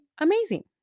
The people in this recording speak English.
amazing